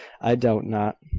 i doubt not.